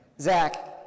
Zach